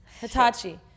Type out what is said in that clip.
Hitachi